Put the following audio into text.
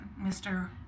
Mr